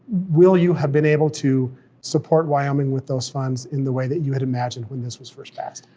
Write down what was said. will you have been able to support wyoming with those funds in the way that you had imagined when this was first passed?